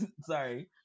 sorry